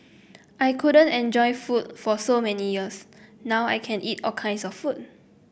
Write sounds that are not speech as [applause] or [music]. I couldn't enjoy food for so many years now I can eat all kinds of food [noise]